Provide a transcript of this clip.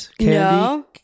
No